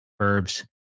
Verbs